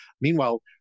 Meanwhile